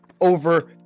over